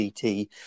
CT